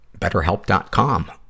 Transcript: BetterHelp.com